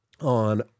on